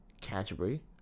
Canterbury